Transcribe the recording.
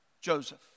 Joseph